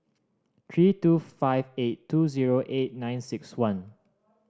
three two five eight two zero eight nine six one